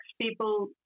people